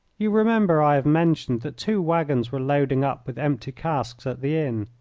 you remember i have mentioned that two waggons were loading up with empty casks at the inn.